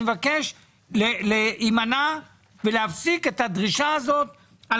אני מבקש להימנע ולהפסיק את הדרישה הזאת על